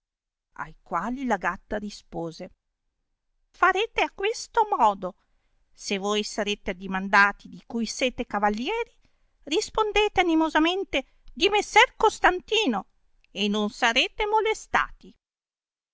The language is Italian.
ai quali la gatta rispose farete a questo modo se voi sarete addimandati di cui sete cavallieri rispondete animosamente di messer costantino e non sarete molestati